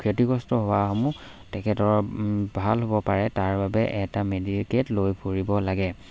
ক্ষতিগ্ৰস্ত হোৱাসমূহ তেখেতৰ ভাল হ'ব পাৰে তাৰ বাবে এটা মেডিকেট লৈ ফুৰিব লাগে